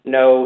no